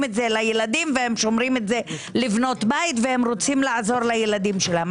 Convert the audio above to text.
את זה לילדים ולבנות בית ורוצים לעזור לילדים שלהם.